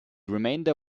remainder